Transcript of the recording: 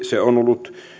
se on ollut